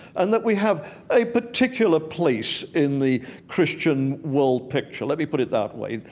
and that we have a particular place in the christian world picture. let me put it that way.